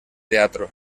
teatro